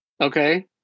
Okay